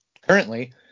currently